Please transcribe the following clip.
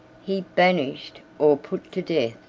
he banished, or put to death,